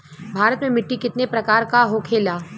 भारत में मिट्टी कितने प्रकार का होखे ला?